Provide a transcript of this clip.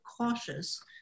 cautious